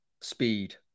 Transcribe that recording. speed